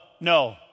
no